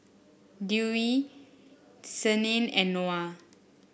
Dewi Senin and Noah